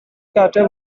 carter